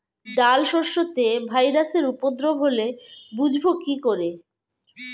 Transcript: ডাল শস্যতে ভাইরাসের উপদ্রব হলে বুঝবো কি করে?